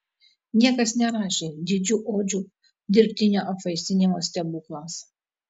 niekas nerašė didžių odžių dirbtinio apvaisinimo stebuklams